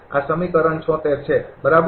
આ સમીકરણ ૭૬ છે બરાબર